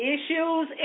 Issues